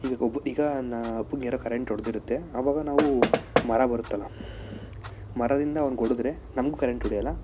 ಈಗ ಒಬ್ಬ ಈಗ ನಾ ಒಬ್ಬಗೆ ಏನೋ ಕರೆಂಟ್ ಹೊಡ್ದಿರುತ್ತೆ ಅವಾಗ ನಾವು ಮರ ಬರುತ್ತೆಲ್ಲ ಮರದಿಂದ ಅವ್ನಿಗೆ ಹೊಡೆದ್ರೆ ನಮ್ಗೆ ಕರೆಂಟ್ ಹೊಡೆಯೋಲ್ಲ